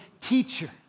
Teacher